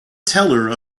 teller